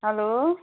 hello